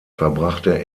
verbrachte